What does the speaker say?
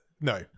No